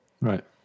right